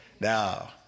Now